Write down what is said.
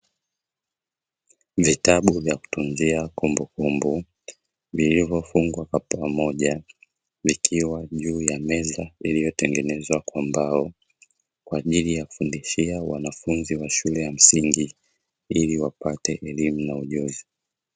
Vitabu vya kutunzia kumbukumbu vilivyofungwa kwa pamoja vikiwa juu ya meza iliotengenezwa kwa mbao, kwa ajili ya kufundishia wanafunzi wa shule ya msingi ili wapate elimu na ujuzi.